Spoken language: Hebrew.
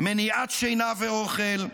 מניעת שינה ואוכל,